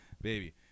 Baby